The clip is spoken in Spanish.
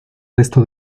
resto